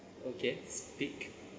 okay speak